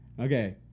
Okay